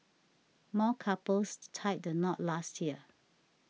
more couples tied the knot last year too